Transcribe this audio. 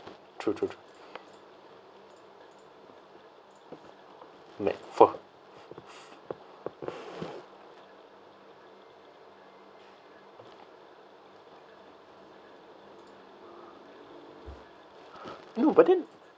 true true true no but then